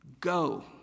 go